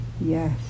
yes